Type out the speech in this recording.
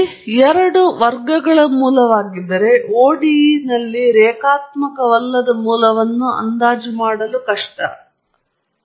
ಆದ್ದರಿಂದ ನಾವು ಎರಡು ವರ್ಗಗಳ ಮೂಲವಾಗಿದ್ದರೆ ODE ನಲ್ಲಿ ರೇಖಾತ್ಮಕವಲ್ಲದ ಮೂಲವನ್ನು ಅಂದಾಜು ಮಾಡಲಾಗುವುದಿಲ್ಲ